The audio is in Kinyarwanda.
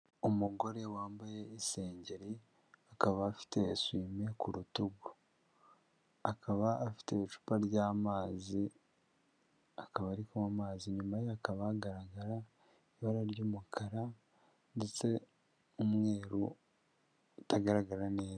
Umugore wambaye isengeri akaba afite esime ku rutugu, akaba afite icupa ry'amazi akaba ari kunywa amazi, inyuma ye hakaba hagaragara ibara ry'umukara ndetse umweru utagaragara neza.